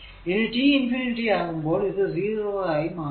ഇനി t infinity ആകുമ്പോൾ ഇത് 0 ആയി മാറുന്നു